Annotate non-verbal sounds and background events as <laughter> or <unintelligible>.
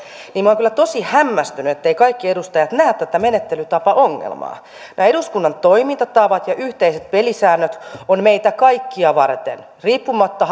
niin minä olen kyllä tosi hämmästynyt etteivät kaikki edustajat näe tätä menettelytapaongelmaa nämä eduskunnan toimintatavat ja yhteiset pelisäännöt ovat meitä kaikkia varten riippumatta <unintelligible>